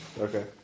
Okay